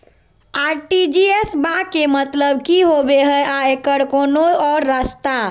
RTGS बा के मतलब कि होबे हय आ एकर कोनो और रस्ता?